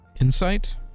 Insight